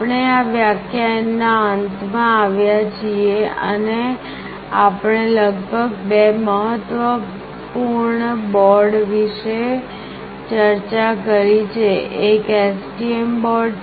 આપણે આ વ્યાખ્યાનના અંતમાં આવ્યા છીએ અને આપણે લગભગ બે મહત્વપૂર્ણ બોર્ડ વિશે ચર્ચા કરી છે એક STM બોર્ડ છે